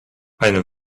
eine